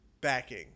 backing